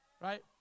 right